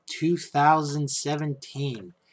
2017